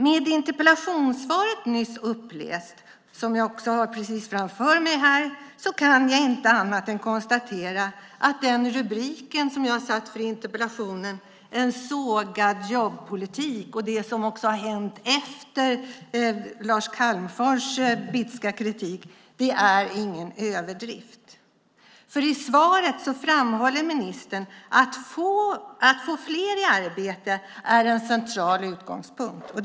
Med interpellationssvaret nyss uppläst, som jag också har precis framför mig här, kan jag inte annat än konstatera att rubriken som jag satte för interpellationen, "En sågad jobbpolitik", och det som också har hänt efter Lars Calmfors bitska kritik inte är någon överdrift. I svaret framhåller ministern att det är en central utgångspunkt att få fler i arbete.